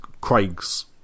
Craig's